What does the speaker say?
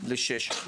עד שש.